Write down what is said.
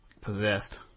possessed